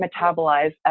metabolize